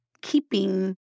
keeping